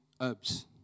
herbs